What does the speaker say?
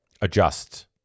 Adjust